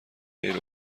خیر